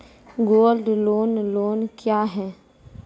Gold loan loan क्या हैं?